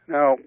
Now